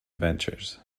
ventures